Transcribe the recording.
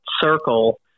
circle